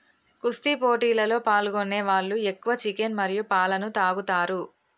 కుస్తీ పోటీలలో పాల్గొనే వాళ్ళు ఎక్కువ చికెన్ మరియు పాలన తాగుతారు